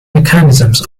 mechanisms